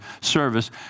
service